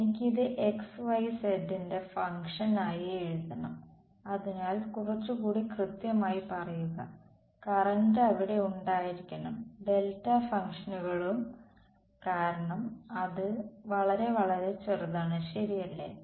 എനിക്ക് ഇത് xyz ന്റെ ഫംഗ്ഷൻ ആയി എഴുതണം അതിനാൽ കുറച്ചുകൂടി കൃത്യമായി പറയുക കറന്റ് അവിടെ ഉണ്ടായിരിക്കണം ഡെൽറ്റ ഫങ്ക്ഷനുകളും കാരണം അത് വളരെ വളരെ ചെറുതാണ് ശരിയല്ലേ